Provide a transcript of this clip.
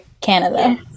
Canada